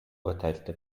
urteilte